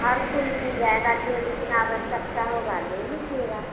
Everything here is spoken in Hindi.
हर फूल मिल जाएगा जो जितना आवश्यकता होगा ले लीजिएगा